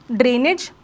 drainage